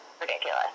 ridiculous